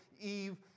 Eve